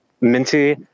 Minty